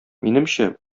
минемчә